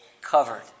covered